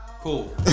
Cool